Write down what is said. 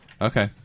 Okay